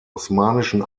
osmanischen